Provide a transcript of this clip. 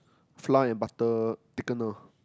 flour and butter thickener